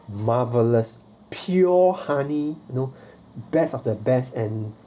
marvellous pure honey know best of the best and